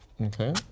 Okay